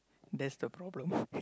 that's the problem